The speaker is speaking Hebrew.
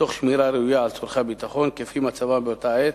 תוך שמירה ראויה על צורכי הביטחון כפי מצבם באותה עת.